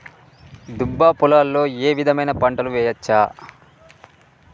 దుబ్బ పొలాల్లో ఏ విధమైన పంటలు వేయచ్చా?